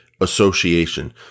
association